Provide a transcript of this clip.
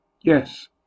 Yes